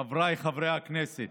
חבריי חברי הכנסת,